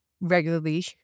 regularly